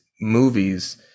movies